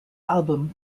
album